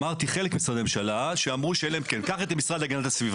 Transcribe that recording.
אמרתי: חלק ממשרדי הממשלה שאמרו שאין להם תקנים.